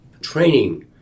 training